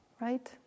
right